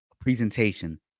presentation